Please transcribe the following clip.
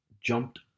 jumped